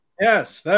Yes